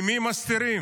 ממי מסתירים?